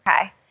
Okay